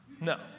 No